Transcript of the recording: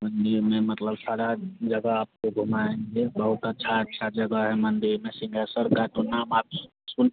मंदिर में मतलब सारा जगह आपको घुमाएँगे बहुत अच्छी अच्छी जगह है मंदिर में सिंहेश्वर का तो नाम आप सुन